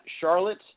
Charlotte